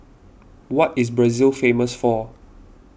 what is Brazil famous for